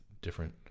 different